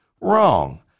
Wrong